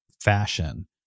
fashion